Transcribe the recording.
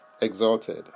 exalted